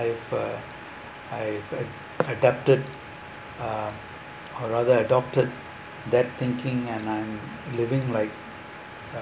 I have uh I've uh adapted uh or rather adopted that thinking and I'm living like uh